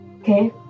okay